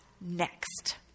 next